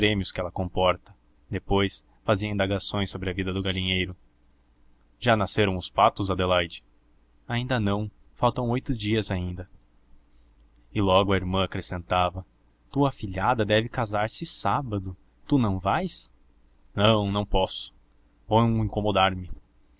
prêmios que ela comporta depois fazia indagações sobre a vida do galinheiro já nasceram os patos adelaide ainda não faltam oito dias ainda e logo a irmã acrescentava tua afilhada deve casar-se sábado tu não vais não não posso vou incomodar me